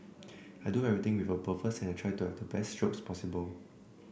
I do everything with a purpose and I try to have the best strokes as possible